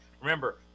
Remember